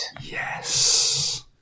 Yes